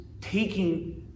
taking